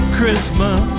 Christmas